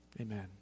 Amen